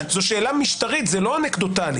זאת שאלה משטרית ולא אנקדוטלית.